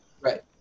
right